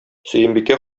сөембикә